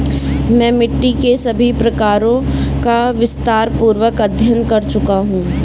मैं मिट्टी के सभी प्रकारों का विस्तारपूर्वक अध्ययन कर चुका हूं